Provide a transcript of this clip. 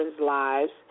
lives